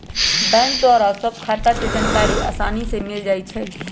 bank द्वारा सभ खता के जानकारी असानी से मिल जाइ छइ